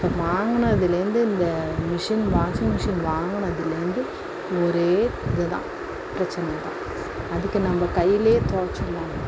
இப்போ வாங்கினதுல இருந்து இந்த மிஷின் வாஷிங் மிஷின் வாங்கினதுல இருந்து ஒரே இது தான் பிரச்சின தான் அதுக்கு நம்ம கையிலேயே துவைச்சுரலாம்